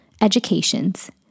educations